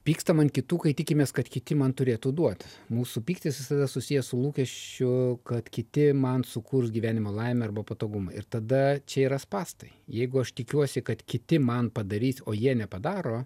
pykstam ant kitų kai tikimės kad kiti man turėtų duot mūsų pyktis visada susijęs su lūkesčiu kad kiti man sukurs gyvenimo laimę arba patogumą ir tada čia yra spąstai jeigu aš tikiuosi kad kiti man padarys o jie nepadaro